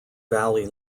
valley